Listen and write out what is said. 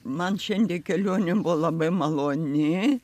man šiandien kelionė buvo labai maloni